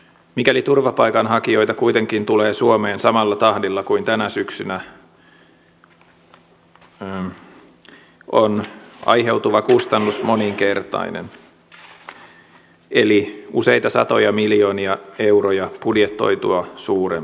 mikäli turvapaikanhakijoita kuitenkin tulee suomeen samalla tahdilla kuin tänä syksynä on aiheutuva kustannus moninkertainen eli useita satoja miljoonia euroja budjetoitua suurempi